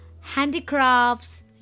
handicrafts